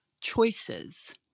choices